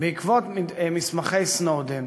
בעקבות מסמכי סנודן,